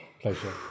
pleasure